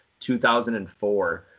2004